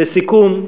לסיכום,